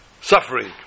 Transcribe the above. suffering